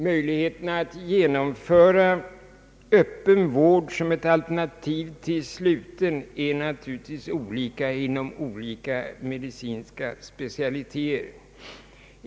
Möjligheterna att genomföra öppen vård som ett alternativ till sluten är naturligtvis olika inom olika medicinska specialiteter.